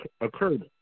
Occurred